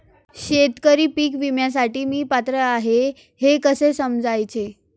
शेतकरी पीक विम्यासाठी मी पात्र आहे हे कसे समजायचे?